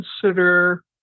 consider